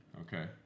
Okay